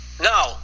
No